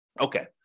Okay